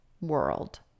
world